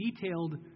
detailed